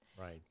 Right